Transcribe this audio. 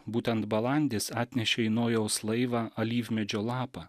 būtent balandis atnešė į nojaus laivą alyvmedžio lapą